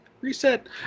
Reset